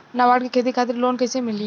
नाबार्ड से खेती खातिर लोन कइसे मिली?